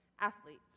athletes